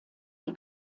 die